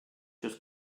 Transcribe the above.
just